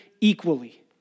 equally